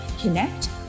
connect